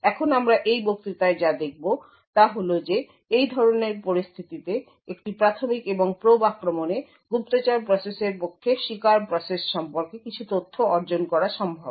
এখন আমরা এই বক্তৃতায় যা দেখব তা হল যে এই ধরনের পরিস্থিতিতে একটি প্রাথমিক এবং প্রোব আক্রমণে গুপ্তচর প্রসেসের পক্ষে শিকার প্রসেস সম্পর্কে কিছু তথ্য অর্জন করা সম্ভব